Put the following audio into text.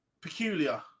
Peculiar